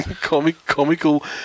comical